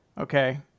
okay